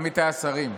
עמיתי השרים,